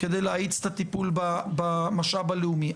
כדי להאיץ את הטיפול במשאב הלאומי,